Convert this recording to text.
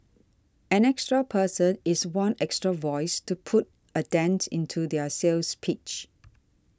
an extra person is one extra voice to put a dent into their sales pitch